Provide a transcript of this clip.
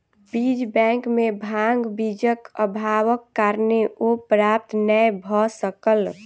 बीज बैंक में भांग बीजक अभावक कारणेँ ओ प्राप्त नै भअ सकल